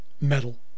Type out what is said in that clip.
Metal